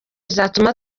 bizatuma